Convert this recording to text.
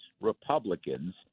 Republicans